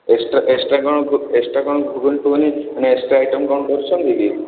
extra extra କ'ଣ extra ଘୁଗୁନି ଫୁଗୁନି ପୁଣି ଏକ୍ସଟ୍ରା ଆଇଟମ୍ କ'ଣ କରୁଛନ୍ତି କି